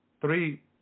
Three